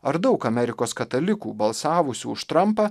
ar daug amerikos katalikų balsavusių už trumpą